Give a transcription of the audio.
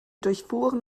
durchfuhren